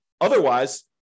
Otherwise